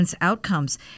outcomes